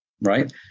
right